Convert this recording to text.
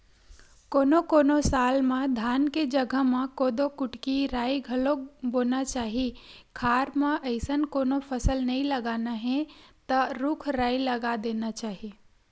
कोनो कोनो साल म धान के जघा म कोदो, कुटकी, राई घलोक बोना चाही खार म अइसन कोनो फसल नइ लगाना हे त रूख राई लगा देना चाही